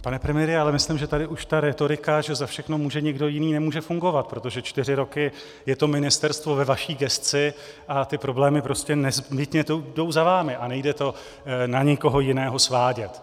Pane premiére, já myslím, že tady už ta rétorika, že za všechno může někdo jiný, nemůže fungovat, protože čtyři roky je to ministerstvo ve vaší gesci a ty problémy prostě nezbytně jdou za vámi a nejde to na nikoho jiného svádět.